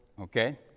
Okay